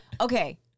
okay